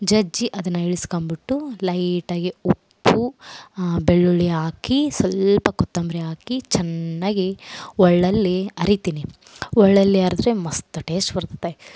ಜಜ್ಜಿ ಅದನ್ನು ಇಳಿಸ್ಕೊಂಬುಟ್ಟು ಲೈಟಾಗಿ ಉಪ್ಪು ಬೆಳ್ಳುಳ್ಳಿ ಹಾಕಿ ಸ್ವಲ್ಪ ಕೊತ್ತಂಬರಿ ಹಾಕಿ ಚೆನ್ನಾಗಿ ಒಳ್ಳಲ್ಲಿ ಅರಿತೀನಿ ಒಳ್ಳಲ್ಲಿ ಅರೆದ್ರೆ ಮಸ್ತ್ ಟೇಸ್ಟ್ ಬರ್ತತೆ